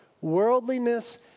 worldliness